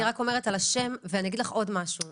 אני רק אומרת על השם ואני אגיד לך עוד משהו,